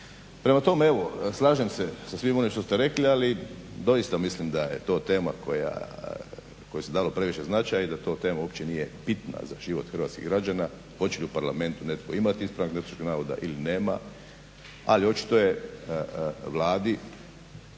Prema tome, evo slažem se sa svim onim što ste rekli, ali doista mislim da je to tema kojoj se dalo previše značaja i da to tema uopće nije bitna za život hrvatskih građana hoće li u Parlamentu netko imati ispravak netočnog navoda ili nema. Ali očito je Vladi